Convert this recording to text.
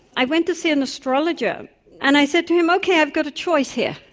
i went to see an astrologer and i said to him okay i've got a choice here,